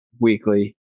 weekly